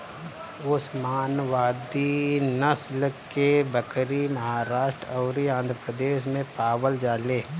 ओस्मानावादी नसल के बकरी महाराष्ट्र अउरी आंध्रप्रदेश में पावल जाले